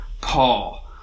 Paul